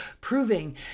proving